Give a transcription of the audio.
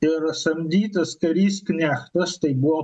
ir samdytas karys knechtas tai buvo